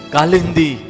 Kalindi